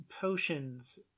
potions